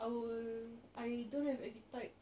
I will I don't have appetite